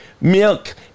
milk